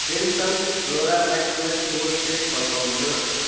Jansen flora microwave bowl set फर्काउनुहोस्